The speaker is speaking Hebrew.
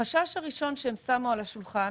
החשש הראשון שהם שמו על השולחן